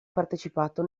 partecipato